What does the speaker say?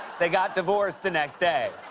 they got divorced the next day.